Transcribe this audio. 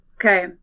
Okay